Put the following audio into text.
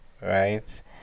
right